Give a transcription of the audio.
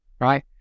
Right